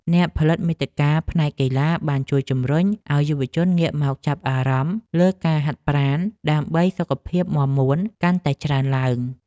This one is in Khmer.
អ្នកផលិតមាតិកាផ្នែកកីឡាបានជួយជំរុញឱ្យយុវជនងាកមកចាប់អារម្មណ៍លើការហាត់ប្រាណ ដើម្បីសុខភាពមាំមួនកាន់តែច្រើនឡើង។